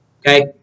Okay